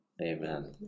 Amen